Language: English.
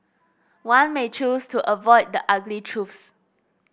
one may choose to avoid the ugly truths